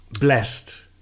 blessed